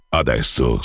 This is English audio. adesso